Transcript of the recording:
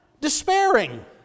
despairing